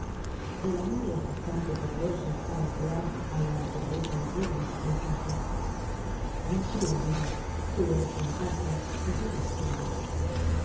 el amor es bastante poderoso para emplear á la naturaleza entera en sus mensajes oh primavera tú eres una carta que yo la escribo